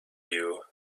you